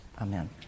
Amen